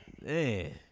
Man